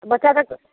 बच्चा सब